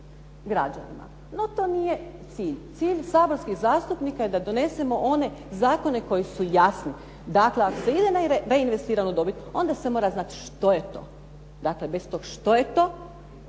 no to nije cilj. Cilj saborskih zastupnika je da donesemo one zakone koji su jasni, dakle ako se ide na reinvestiranu dobit onda se mora znat što je to. Dakle, bez tog što je to,